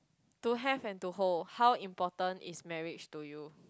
to have and to hold how important is marriage to you